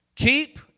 Keep